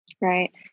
Right